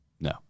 No